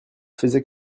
faisait